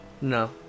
No